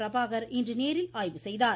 பிரபாகர் இன்று நேரில் ஆய்வு செய்தார்